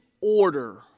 order